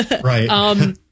Right